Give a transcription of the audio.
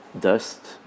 dust